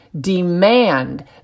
demand